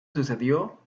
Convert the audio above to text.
sucedió